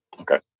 Okay